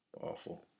Awful